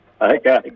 Okay